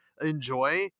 enjoy